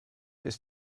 ist